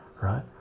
right